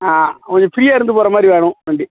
ஆ கொஞ்சம் ஃப்ரீயாக இருந்து போகிற மாதிரி வேணும் வண்டி